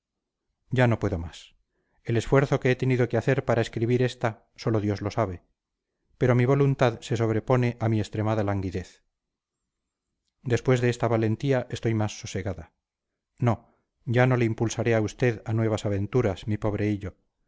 ya no puedo más el esfuerzo que he tenido que hacer para escribir esta sólo dios lo sabe pero mi voluntad se sobrepone a mi extremada languidez después de esta valentía estoy más sosegada no ya